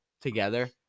together